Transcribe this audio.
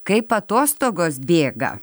kaip atostogos bėga